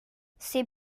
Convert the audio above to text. c’est